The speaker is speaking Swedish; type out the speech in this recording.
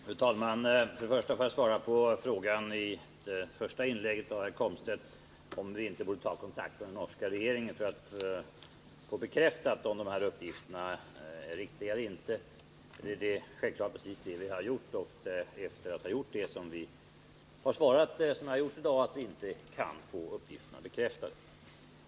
Fru talman! Först vill jag svara på frågan i det första inlägget av herr Komstedt, om vi inte borde ta kontakt med den norska regeringen för att få bekräftat om uppgifterna är riktiga eller inte. Det är självfallet precis det vi har gjort, och det är efter att ha gjort det som vi svarat så här i dag, nämligen att vi inte kan få uppgifterna bekräftade.